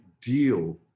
deal